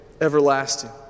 everlasting